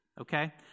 Okay